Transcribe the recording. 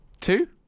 Two